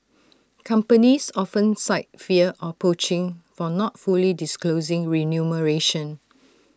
companies often cite fear of poaching for not fully disclosing remuneration